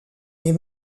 les